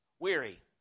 Weary